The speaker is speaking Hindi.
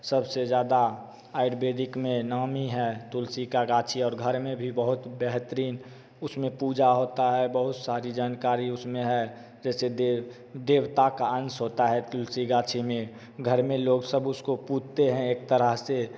सबसे ज़्यादा आयुर्वेदिक में नामी है तुलसी का गांछी और घर में भी बहुत बेहतरीन उसमें पूजा होता है बहुत सारी जानकारी उसमें है जैसे देव देवता का अंश होता है तुलसी गांछी में घर में लोग सब उसको पूजते हैं एक तरह से